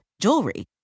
jewelry